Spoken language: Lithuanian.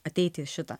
ateiti šitą